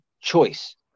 choice